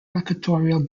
equatorial